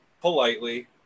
politely